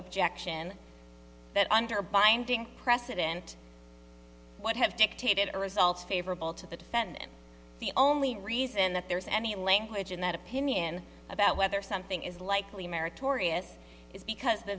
objection that under binding precedent what have dictated the results favorable to the defendant the only reason that there's any language in that opinion about whether something is likely meritorious is because the